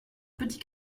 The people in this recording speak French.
petit